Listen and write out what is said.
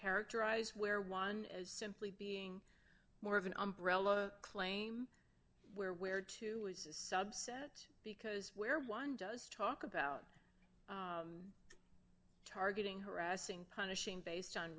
characterize where one as simply being more of an umbrella claim where we are two is a subset because where one does talk about targeting harassing punishing based on